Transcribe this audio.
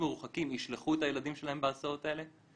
מרוחקים ישלחו את הילדים שלהם בהסעות האלה?